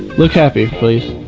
look happy please.